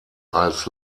als